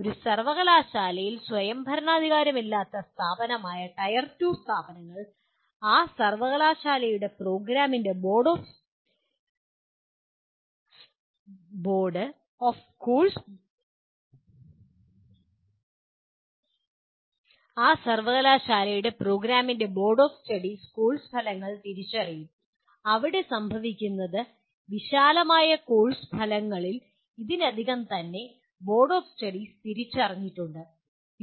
ഒരു സർവകലാശാലയിൽ സ്വയംഭരണാധികാരമില്ലാത്ത സ്ഥാപനമായ ടയർ 2 സ്ഥാപനങ്ങളിൽ ആ സർവ്വകലാശാലയുടെ പ്രോഗ്രാമിന്റെ ബോർഡ് ഓഫ് സ്റ്റഡീസ് കോഴ്സ് ഫലങ്ങൾ തിരിച്ചറിയും ഇവിടെ സംഭവിക്കുന്നത് വിശാലമായ കോഴ്സ് ഫലങ്ങളിൽ ഇതിനകം തന്നെ ബോർഡ് ഓഫ് സ്റ്റഡീസ് തിരിച്ചറിഞ്ഞിട്ടുണ്ട്